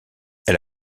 elle